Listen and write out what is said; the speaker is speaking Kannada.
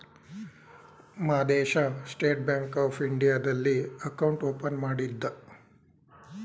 ಮಾದೇಶ ಸ್ಟೇಟ್ ಬ್ಯಾಂಕ್ ಆಫ್ ಇಂಡಿಯಾದಲ್ಲಿ ಅಕೌಂಟ್ ಓಪನ್ ಮಾಡಿದ್ದ